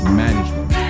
management